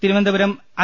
Thiruvananthapuram I